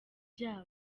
byabo